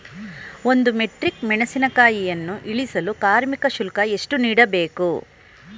ಒಂದು ಮೆಟ್ರಿಕ್ ಮೆಣಸಿನಕಾಯಿಯನ್ನು ಇಳಿಸಲು ಕಾರ್ಮಿಕ ಶುಲ್ಕ ಎಷ್ಟು ನೀಡಬೇಕು?